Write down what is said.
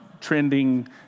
trending